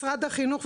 משרד החינוך,